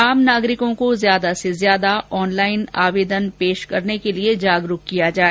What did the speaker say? आम नागरिकों को ज्यादा से ज्यदा ऑनलाइन आवेदन प्रस्तुत करने के लिए जागरुक किया जाए